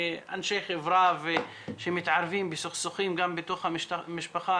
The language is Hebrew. כאנשי חברה שמתערבים בסכסוכים גם בתוך המשפחה,